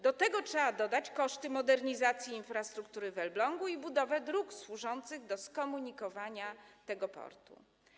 Do tego trzeba dodać koszty modernizacji infrastruktury w Elblągu i budowy dróg służących do skomunikowania tego portu.